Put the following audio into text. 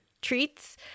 treats